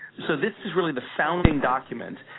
so this is really the founding document.